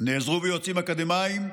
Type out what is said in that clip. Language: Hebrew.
נעזרו ביועצים אקדמיים,